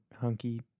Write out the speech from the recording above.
hunky